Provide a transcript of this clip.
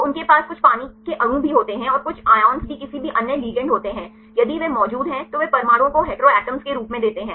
तो उनके पास कुछ पानी के अणु भी होते हैं और कुछ आयन भी किसी भी अन्य लिगैंड होते हैं यदि वे मौजूद हैं तो वे परमाणुओं को हेटेरोआटम्स के रूप में देते हैं